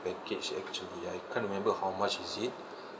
package actually I can't remember how much is it